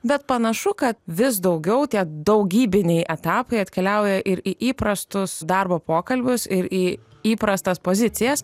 bet panašu kad vis daugiau tie daugybiniai etapai atkeliauja ir į įprastus darbo pokalbius ir į įprastas pozicijas